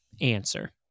answer